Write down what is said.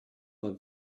war